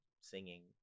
singing